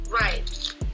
Right